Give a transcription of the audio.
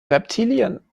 reptilien